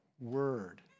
word